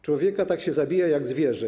Człowieka tak się zabija jak zwierzę/